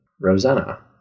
Rosanna